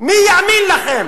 מי יאמין לכם